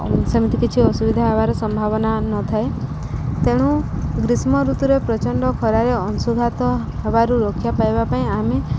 ସେମିତି କିଛି ଅସୁବିଧା ହେବାର ସମ୍ଭାବନା ନଥାଏ ତେଣୁ ଗ୍ରୀଷ୍ମ ଋତୁରେ ପ୍ରଚଣ୍ଡ ଖରାରେ ଅଂଶୁଘାତ ହେବାରୁ ରକ୍ଷା ପାଇବା ପାଇଁ ଆମେ